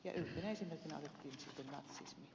ja yleensä hyvää